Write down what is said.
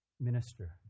minister